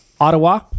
Ottawa